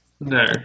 No